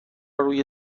روی